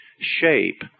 shape